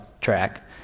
track